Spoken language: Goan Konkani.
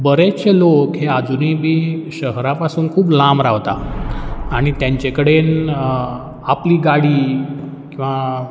बरेतशे लोक हे आजुनीय बी शहरा पासून खूब लांब रावतात आनी तेंचे कडेन आपली गाडी किंवां